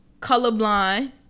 Colorblind